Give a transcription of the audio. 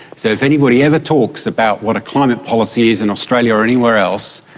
so if anybody ever talks about what a climate policy is in australia or anywhere else,